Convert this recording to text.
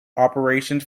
operations